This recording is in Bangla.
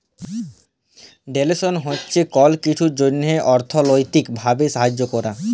ডোলেসল হছে কল কিছুর জ্যনহে অথ্থলৈতিক ভাবে সাহায্য ক্যরা